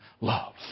love